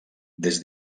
des